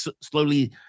slowly